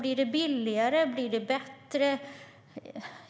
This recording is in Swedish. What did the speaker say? Blir det billigare? Blir det bättre?